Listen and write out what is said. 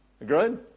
Agreed